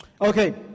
Okay